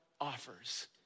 offers